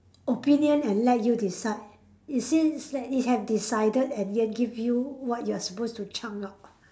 opinion and let you decide it seems that it have decided and yet give you what you are supposed to chunk out